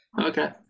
Okay